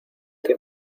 que